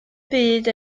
byd